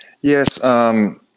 Yes